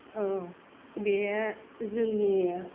बेयो जोंनि